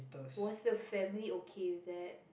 was the family okay with that